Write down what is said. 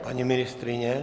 Paní ministryně?